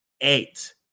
eight